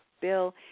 bill